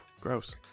Gross